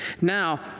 Now